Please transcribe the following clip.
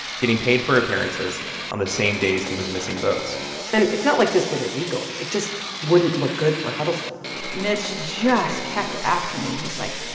getting paid for appearances on the same days he was missing votes and it's not like this was illegal. it just wouldn't look good for huddleston mitch just kept after me. he's, like,